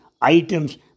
items